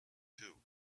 two